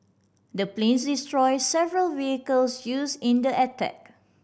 the planes destroyed several vehicles used in the attack